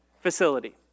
facility